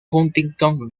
huntington